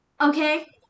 Okay